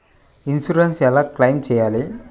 Insurance ఎలా claim చేయాలి?